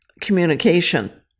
communication